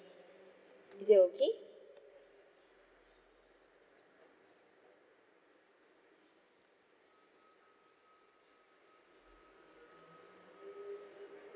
is it okay